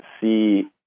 see